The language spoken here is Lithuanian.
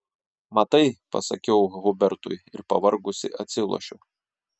matai pasakiau hubertui ir pavargusi atsilošiau